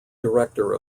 director